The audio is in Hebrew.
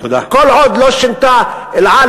כל עוד "אל על" לא שינתה זאת,